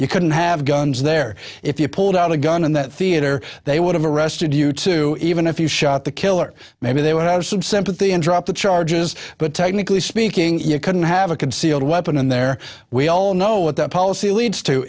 you couldn't have guns there if you pulled out a gun in that theater they would have arrested you to even if you shot the killer maybe they would have some sympathy and drop the charges but technically speaking you couldn't have a concealed weapon and there we all know what that policy leads to